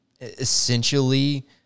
essentially